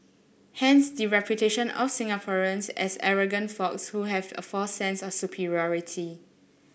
hence the reputation of Singaporeans as arrogant folks who have a false sense of superiority